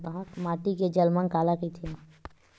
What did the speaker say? माटी के जलमांग काला कइथे?